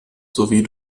sowie